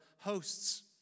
hosts